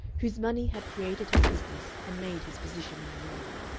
whose money had created his business and made his position in the world.